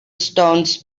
stones